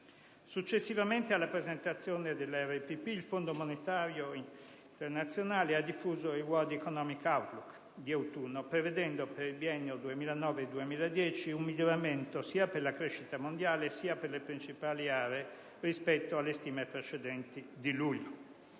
previsionale e programmatica, il Fondo monetario internazionale ha diffuso il *World Economic Outlook* di autunno, prevedendo per il biennio 2009-2010 un miglioramento sia per la crescita mondiale sia per le principali aree rispetto alle stime precedenti di luglio.